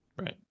Right